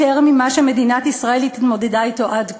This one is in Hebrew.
ממה שמדינת ישראל התמודדה אתו עד כה,